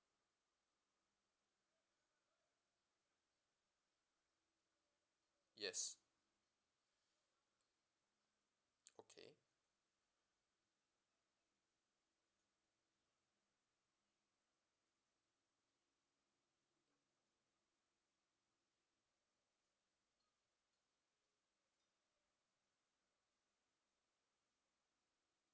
yes okay